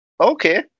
okay